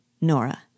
Nora